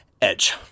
Edge